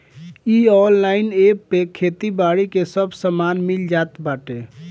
इ online app पे खेती बारी के सब सामान मिल जात बाटे